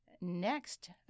Next